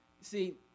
See